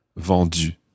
vendu